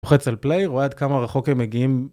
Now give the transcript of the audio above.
לוחץ על play רואה עד כמה רחוק הם מגיעים